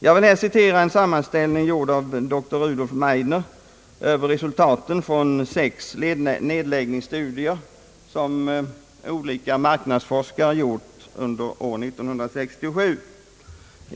Jag vill här citera en sammanställning gjord av doktor Rudolf Meidner över resultaten från de sex nedläggningsstudier som olika marknadsforskare har gjort under 1967.